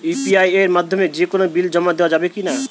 UPI এর মাধ্যমে যে কোনো বিল জমা দেওয়া যাবে কি না?